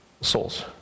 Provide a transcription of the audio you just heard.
souls